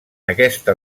aquesta